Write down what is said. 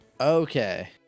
Okay